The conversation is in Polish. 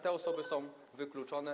Te osoby są wykluczone.